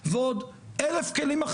לא בדרך של ועדות קבלה אלא בדרכים אחרות,